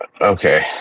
Okay